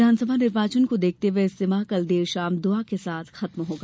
विधानसभा निर्वाचन को देखते हए इज्तिमा कल देर शाम दुआ के साथ खत्म होगा